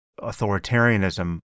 authoritarianism